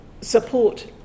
support